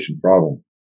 problem